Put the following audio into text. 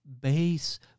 base